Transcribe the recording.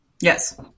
Yes